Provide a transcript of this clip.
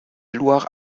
loire